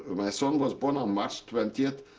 but my son was born on march twenty,